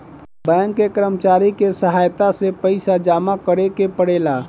bank के कर्मचारी के सहायता से पइसा जामा करेके पड़ेला